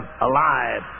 alive